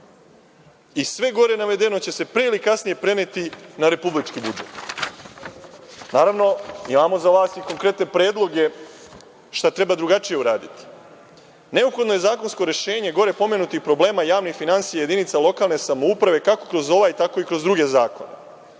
Sve gore navedeno će se pre ili kasnije preneti na republički budžet. Naravno, imamo za vas i konkretne predloge šta treba drugačije uraditi. Neophodno je zakonsko rešenje gore pomenutih problema javnih finansija jedinica lokalne samouprave kako kroz ovaj, tako i kroz druge zakone.